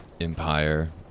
Empire